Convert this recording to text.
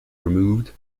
removed